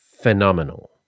Phenomenal